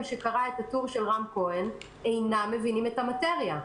שקרא את הטור של רם כהן אינם מבינים את המאטריה.